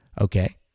Okay